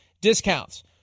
discounts